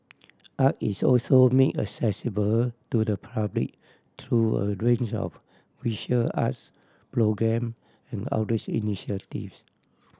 art is also make accessible to the public through a range of visual arts programme and outreach initiatives